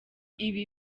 ibi